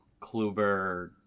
Kluber